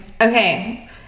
Okay